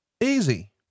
Easy